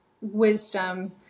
wisdom